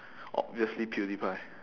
obviously pewdiepie